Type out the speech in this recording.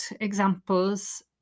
examples